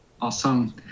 Awesome